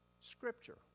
scripture